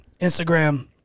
Instagram